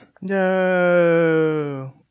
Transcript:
No